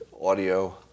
audio